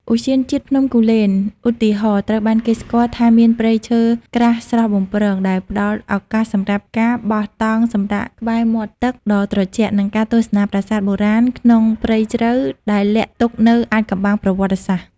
ឧទ្យានជាតិភ្នំគូលែន ឧទាហរណ៍ ត្រូវបានគេស្គាល់ថាមានព្រៃឈើក្រាស់ស្រស់បំព្រង ដែលផ្តល់ឱកាសសម្រាប់ការបោះតង់សម្រាកក្បែរមាត់ទឹកដ៏ត្រជាក់ និងការទស្សនាប្រាសាទបុរាណក្នុងព្រៃជ្រៅ ដែលលាក់ទុកនូវអាថ៌កំបាំងប្រវត្តិសាស្ត្រ។